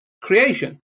creation